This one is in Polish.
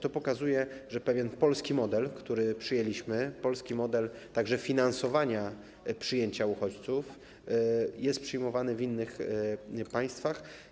To pokazuje, że pewien polski model, który przyjęliśmy, także polski model finansowania przyjęcia uchodźców, jest przyjmowany w innych państwach.